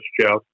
Jeff